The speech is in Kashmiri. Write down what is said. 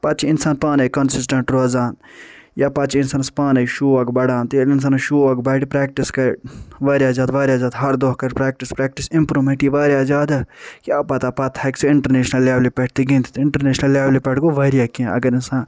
پتہٕ چھُ انسان پانٔے کسِسٹیٚنٹ روزان یا پتہٕ چھُ انسانَس پانٔے شوق بڑھان تہٕ ییٚلہِ اِنسانس شوق بڑٕ پرٛیکٹِس کٔرِ واریاہ زیادٕ واریاہ زیادٕ ہر دۄہ کرِ پرٛیٚکٹِس پرٛیٚکٹِس امپرٛومیٚنٛٹ یی واریاہ زیادٕ کیٚاہ پتہ پتہٕ ہیٚکہِ سُہ انٹرنیشنل لیولہِ پٮ۪ٹھ تہِ گِندِتھ انٹرنیشنل لیولہِ پٮ۪ٹھ گوٚو واریاہ کیٚنٛہہ اگر انِسان